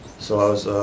so i was